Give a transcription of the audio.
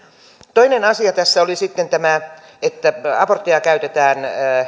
toinen asia tässä oli sitten tämä että aborttia käytetään